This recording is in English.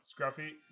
Scruffy